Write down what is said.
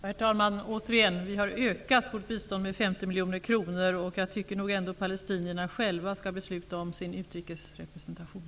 Herr talman! Återigen: Vi har ökat vårt bistånd med 50 miljoner kronor, och jag tycker nog att palestinierna själva skall bestämma om sin utrikesrepresentation.